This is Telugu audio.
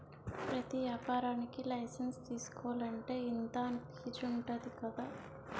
ప్రతి ఏపారానికీ లైసెన్సు తీసుకోలంటే, ఇంతా అని ఫీజుంటది కదా